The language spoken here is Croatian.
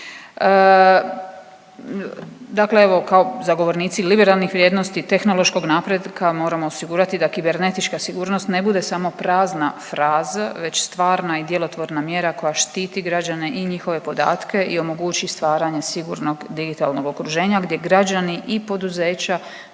Dakle evo, kao zagovornici liberaliziranih vrijednosti, tehnološkog napretka, moramo osigurati da kibernetička sigurnost ne bude samo prazna fraza, već stvarna i djelotvorna mjera koja štiti građane i njihove podatke i omogućiti stvaranje sigurnog digitalnog okruženja, gdje građani i poduzeća